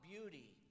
beauty